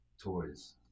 toys